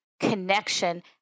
connection